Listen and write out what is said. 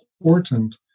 important